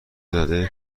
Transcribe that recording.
زده